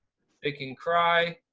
they can cry,